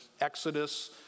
Exodus